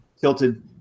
tilted